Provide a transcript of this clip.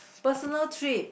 personal trip